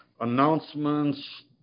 announcements